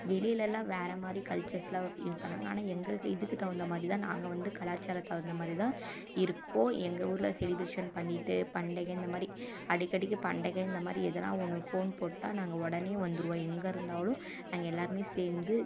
வெளிலலாம் வேற மாதிரி கல்ச்சர்ஸ்லாம் இது பண்ணுவாங்கள் ஆனால் எங்கள் இதுக்கு தகுந்த மாதிரிதான் நாங்க வந்து கலாச்சாரம் தகுந்த மாதிரிதான் இருக்கோம் எங்கள் ஊரில் செலிப்ரேஷன் பண்ணிட்டு பண்டிகை இந்தமாதிரி அடிக்கடிக்கு பண்டிக இந்தமாதிரி எதுனா ஒன்று ஃபோன் போட்டால் நாங்கள் உடனே வந்துருவோம் எங்கே இருந்தாலும் நாங்கள் எல்லாருமே சேர்ந்து